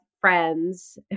friends